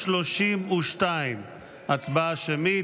הסתייגות 32. הצבעה שמית.